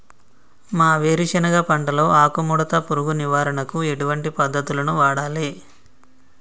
మా వేరుశెనగ పంటలో ఆకుముడత పురుగు నివారణకు ఎటువంటి పద్దతులను వాడాలే?